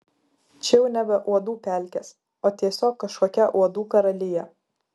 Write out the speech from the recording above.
čia jau nebe uodų pelkės o tiesiog kažkokia uodų karalija